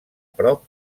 prop